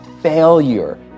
failure